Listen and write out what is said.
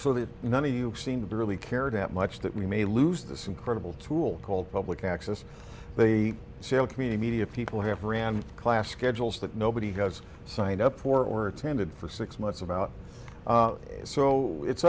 so that none of you seem to really cared that much that we may lose this incredible tool called public access the sale community media people have ran class schedules that nobody has signed up for or attended for six months about so it's